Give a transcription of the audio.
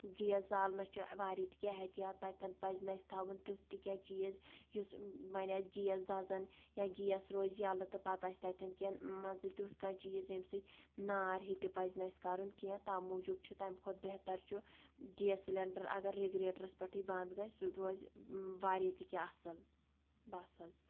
gas ژالنَس چھُ واریاہ تہِ کینٛہہ ہؠتیا تتتھَن پَزِ نہ تھاوُن تیُتھ تہِ کینٛہہ چیٖز یُس وَنۍ آسہِ گیس دزن یا گیس روزِ یَلہٕ تہٕ پتہٕ آسہِ تتتھؠن کیٚن مان ژٕ تیُتھ کانٛہہ چیٖز ییٚمہِ سۭتۍ نار ہے تہِ پزِ نس کَرُن کینٛہہ تَو موٗجُب چھُ تمہِ کھۄتہٕ بہتر چھُ گیس سِلینڈر اگر ریگریٹرس پؠٹھٕے بنٛد گژھِ سُہ روزِ واریاہ تہِ کینٛہہ اصل بَس حٕظ